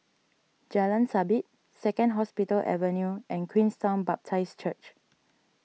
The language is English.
Jalan Sabit Second Hospital Avenue and Queenstown Baptist Church